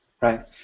Right